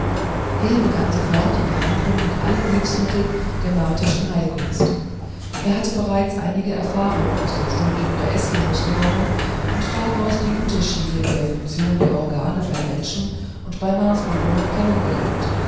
begann sofort die behandlung mit allen hilfsmitteln der martischen heilkunst er hatte bereits einige erfahrung aus dem studium der eskimos gewonnen und daraus die unterschiede in der funktion der organe bei menschen und bei marsbewohnern